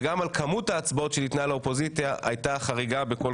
וגם על כמות ההצבעות שניתנה לאופוזיציה והייתה חריגה בכל קנה מידה.